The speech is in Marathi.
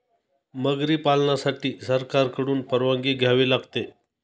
मगरी पालनासाठी सरकारकडून परवानगी घ्यावी लागते